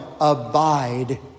abide